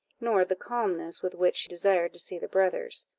nor the calmness with which she desired to see the brothers.